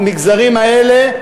כל אחד מהמגזרים האלה,